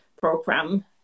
program